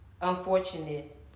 unfortunate